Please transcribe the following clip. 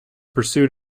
pursued